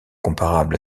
comparable